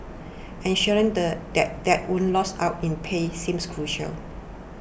ensuring the that dads would lose out in pay seems crucial